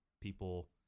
people